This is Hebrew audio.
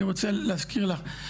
אני רוצה להזכיר לך ,